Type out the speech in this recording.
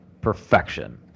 perfection